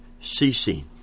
ceasing